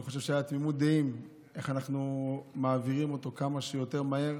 אני חושב שהייתה תמימות דעים איך אנחנו מעבירים אותו כמה שיותר מהר